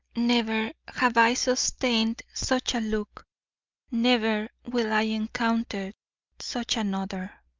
never have i sustained such a look never will i encounter such another.